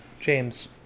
James